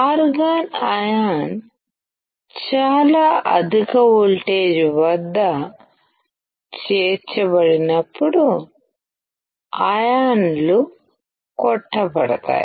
organ ion చాలా అధిక voltage వద్ద చేర్చబడినప్పుడు అయాన్లు కొట్టబడతాయి